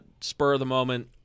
spur-of-the-moment